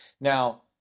Now